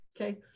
okay